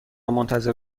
منتظر